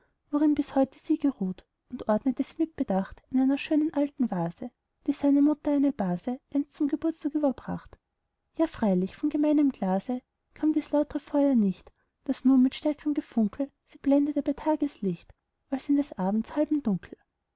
worin bis heute sie geruht und ordnete sie mit bedacht in einer schönen alten vase die seiner mutter eine base einst zum geburtstag überbracht ja freilich von gemeinem glase kam dieses lautre feuer nicht das nun mit stärkerem gefunkel sie blendete bei tageslicht als in des abends halbem dunkel